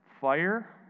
Fire